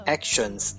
Actions